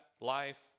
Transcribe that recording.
life